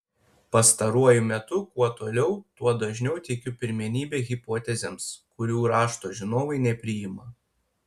pastaruoju metu kuo toliau tuo dažniau teikiu pirmenybę hipotezėms kurių rašto žinovai nepriima